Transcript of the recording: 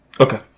Okay